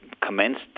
commenced